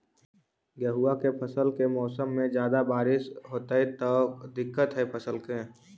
गेहुआ के फसल के मौसम में ज्यादा बारिश होतई त का दिक्कत हैं फसल के?